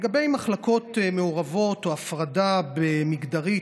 לגבי מחלקות מעורבות או הפרדה מגדרית,